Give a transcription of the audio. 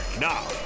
Now